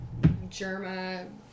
Germa